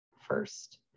first